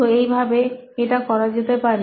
তো এই ভাবে এটা করা যেতে পারে